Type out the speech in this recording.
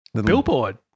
billboard